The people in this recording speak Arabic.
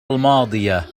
الماضية